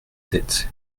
tête